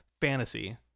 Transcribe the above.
fantasy